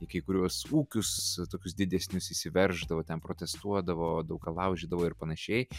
į kai kuriuos ūkius tokius didesnius įsiverždavo ten protestuodavo daug ką laužydavo ir panašiai